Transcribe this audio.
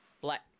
Black